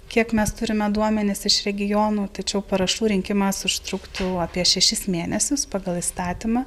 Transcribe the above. kiek mes turime duomenis iš regionų tačiau parašų rinkimas užtruktų apie šešis mėnesius pagal įstatymą